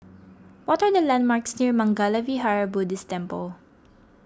what are the landmarks near Mangala Vihara Buddhist Temple